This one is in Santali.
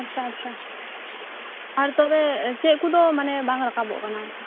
ᱟᱪᱪᱷᱟ ᱟᱪᱪᱷᱟ ᱟᱨ ᱛᱚᱵᱮ ᱪᱮᱫ ᱠᱚᱫᱚ ᱢᱟᱱᱮ ᱵᱟᱝ ᱨᱟᱠᱟᱵᱚᱜ ᱠᱟᱱᱟ ᱟᱨᱠᱤ